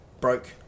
broke